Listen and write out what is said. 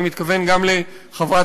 אני מתכוון גם לחברת